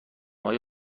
های